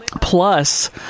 Plus